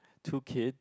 two kid